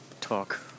talk